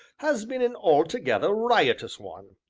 has been an altogether riotous one.